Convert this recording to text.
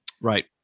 right